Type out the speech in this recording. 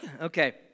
Okay